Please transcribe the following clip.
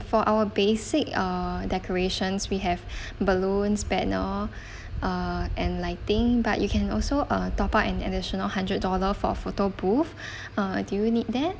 for our basic err decorations we have balloons banner err and lighting but you can also uh top up an additional hundred dollar for photo booth uh do you need that